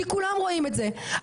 כי כולם רואים את זה,